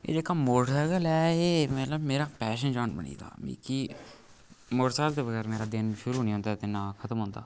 एह् जेह्का मौटरसैकल ऐ एह् मतलब मेरा पैशन जन बनी गेदा मिकी मौटरसैकल दे बगैर मेरा दिन शुरू नी होंदा ते ना खतम होंदा